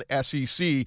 SEC